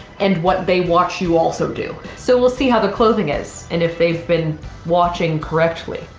and what they watch you also do so we'll see how the clothing is and if they've been watching correctly,